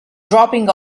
dropping